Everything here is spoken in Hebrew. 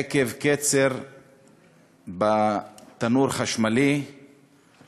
הוא נשרף עקב קצר בתנור החשמלי,